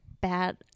bad